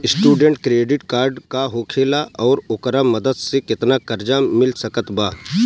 Student credit card का होखेला और ओकरा मदद से केतना कर्जा मिल सकत बा?